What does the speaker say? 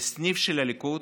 לסניף של הליכוד,